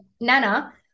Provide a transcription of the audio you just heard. Nana